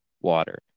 water